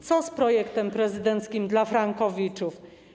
Co z projektem prezydenckim dla frankowiczów?